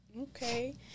Okay